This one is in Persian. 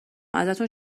ازتون